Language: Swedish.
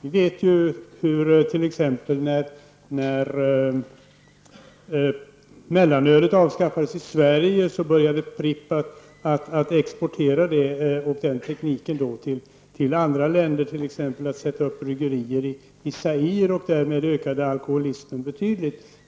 När mellanölet avskaffades i Sverige började Pripp att exportera den produkten och den tekniken till andra länder, t.ex. sätta upp bryggerier i Zaire. Därmed ökade alkoholismen